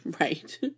right